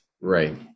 right